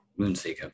Moonseeker